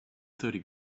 thirty